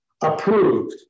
approved